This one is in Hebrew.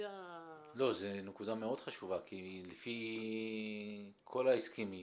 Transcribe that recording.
זו נקודה מאוד חשובה כי לפי כל ההסכמים,